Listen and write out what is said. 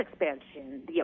expansion